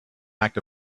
act